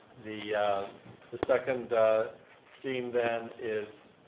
the the second scheme then is